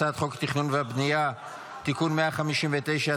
הצעת חוק התכנון והבנייה (תיקון מס' 159),